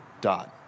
dot